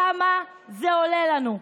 כמה זה עולה לנו?